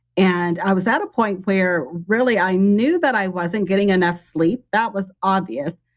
and i was at a point where really, i knew that i wasn't getting enough sleep. that was obvious.